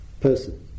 person